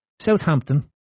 Southampton